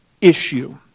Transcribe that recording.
issue